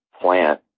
plant